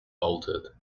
bolted